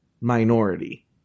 minority